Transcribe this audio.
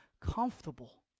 comfortable